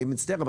אני מצטער,